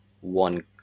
one